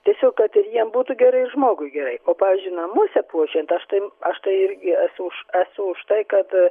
tiesiog kad ir jiem būtų gerai ir žmogui gerai o pavyzdžiui namuose puošiant aš tai aš tai irgi esu už esu už tai kad